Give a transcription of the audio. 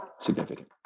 significant